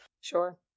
sure